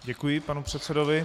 Děkuji panu předsedovi.